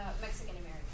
Mexican-American